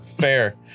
Fair